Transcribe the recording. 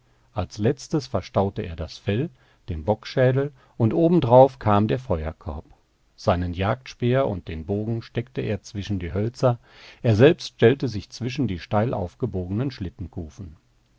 als letztes verstaute er das fell den bockschädel und obenauf kam der feuerkorb seinen jagdspeer und den bogen steckte er zwischen die hölzer er selbst stellte sich zwischen die steil aufgebogenen